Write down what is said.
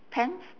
pants